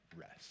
rest